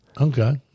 Okay